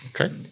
Okay